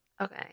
Okay